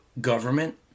government